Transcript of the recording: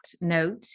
note